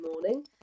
morning